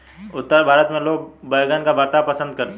उत्तर भारत में लोग बैंगन का भरता पंसद करते हैं